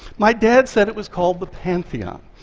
my dad said it was called the pantheon,